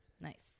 Nice